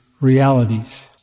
realities